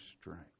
strength